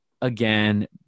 again